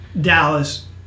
dallas